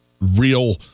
real